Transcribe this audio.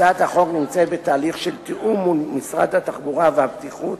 הצעת החוק נמצאת בתהליך של תיאום מול משרד התחבורה והבטיחות